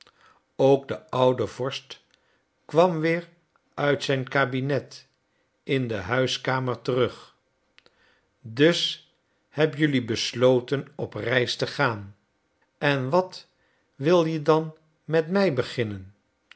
ook de oude vorst kwam weer uit zijn kabinet in de huiskamer terug dus heb jelui besloten op reis te gaan en wat wil je dan met mij beginnen